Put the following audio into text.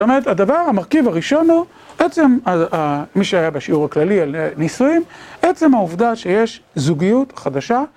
זאת אומרת הדבר, המרכיב הראשון הוא, עצם... מי שהיה בשיעור הכללי על ניסויים. עצם העובדה שיש זוגיות חדשה.